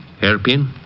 Hairpin